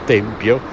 Tempio